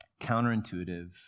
counterintuitive